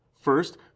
First